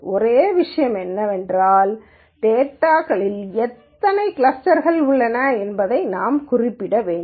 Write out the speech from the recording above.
ஒரே விஷயம் என்னவென்றால் டேட்டாகளில் எத்தனை கிளஸ்டர்கள் உள்ளன என்பதை நாம் குறிப்பிட வேண்டும்